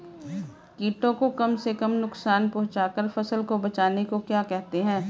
कीटों को कम से कम नुकसान पहुंचा कर फसल को बचाने को क्या कहते हैं?